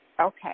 Okay